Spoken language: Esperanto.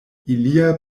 ilia